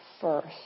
first